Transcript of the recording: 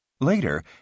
Later